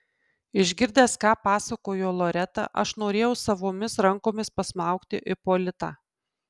išgirdęs ką pasakojo loreta aš norėjau savomis rankomis pasmaugti ipolitą